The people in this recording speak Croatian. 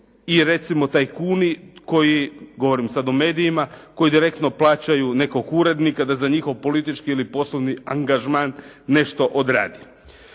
i recimo tajkuni koji, govorim sada o medijima, direktno plaćaju nekog urednika da za njihov politički ili poslovni angažman nešto odradi.